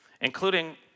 including